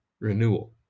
Renewal